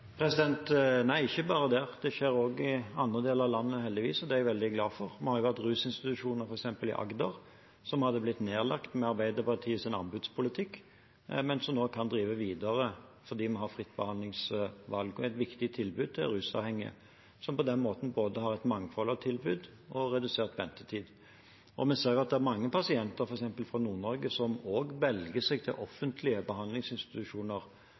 Nei, ikke bare der. Det skjer også i andre deler av landet, heldigvis, og det er jeg veldig glad for. Vi har rusinstitusjoner, f.eks. i Agder, som hadde blitt nedlagt med Arbeiderpartiets anbudspolitikk, men som nå kan drive videre fordi vi har fritt behandlingsvalg. Det er et viktig tilbud til rusavhengige, som på den måten har både et mangfold av tilbud og redusert ventetid. Vi ser at det er mange pasienter, f.eks. fra Nord-Norge, som også velger seg til offentlige behandlingsinstitusjoner